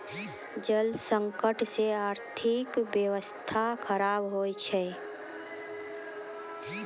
जल संकट से आर्थिक व्यबस्था खराब हो जाय छै